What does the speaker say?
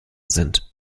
sind